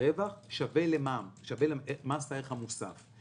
ורווח שווה למע"מ, למס הערך המוסף.